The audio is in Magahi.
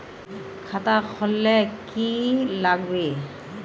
खाता खोल ले की लागबे?